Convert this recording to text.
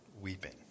weeping